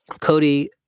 Cody